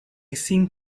seemed